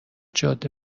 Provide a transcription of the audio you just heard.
جاده